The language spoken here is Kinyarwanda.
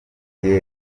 kirere